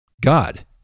God